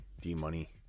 D-Money